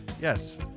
Yes